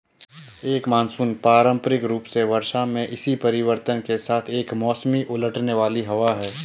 एक मानसून पारंपरिक रूप से वर्षा में इसी परिवर्तन के साथ एक मौसमी उलटने वाली हवा है